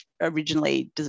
originally